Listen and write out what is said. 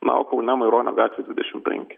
na o kaune maironio gatvėje dvidešimt penki